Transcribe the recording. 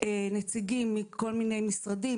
נציגים מכל מיני משרדים,